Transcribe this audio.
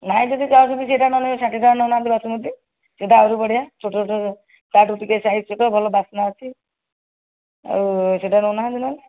ନାହିଁ ଯଦି ଚାହୁଁଛନ୍ତି ସେହିଟା ନହେଲେ ଷାଠିଏ ଟଙ୍କାରେ ନେଉନାହାନ୍ତି ସେହିଟା ଆହୁରି ବଢ଼ିୟା ଛୋଟ ଛୋଟ ଅଛି ତାଠୁ ଟିକେ ସାଇଜ୍ ଛୋଟ ଭଲ ବାସ୍ନା ଅଛି ଆଉ ସେହିଟା ନେଉନାହାନ୍ତି ନହେଲେ